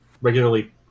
Regularly